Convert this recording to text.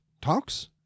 talks